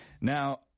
Now